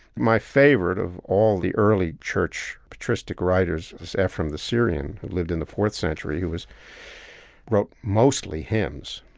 my favorite of all the early church patristic writers was ephrem the syrian, who lived in the fourth century, who was wrote mostly hymns,